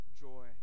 joy